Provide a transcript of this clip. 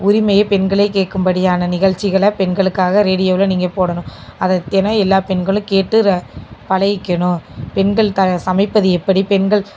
உரிமையை பெண்களே கேட்கும்படியான நிகழ்ச்சிகளை பெண்களுக்காக ரேடியோவில் நீங்கள் போடணும் அதை தினம் எல்லாம் பெண்களும் கேட்டு ர பழகிக்கணும் பெண்கள் க சமைப்பது எப்படி பெண்கள்